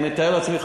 אני מתאר לעצמי,